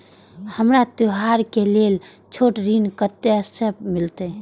हमरा त्योहार के लेल छोट ऋण कते से मिलते?